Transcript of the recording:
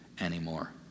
anymore